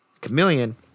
chameleon